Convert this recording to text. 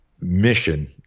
mission